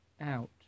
out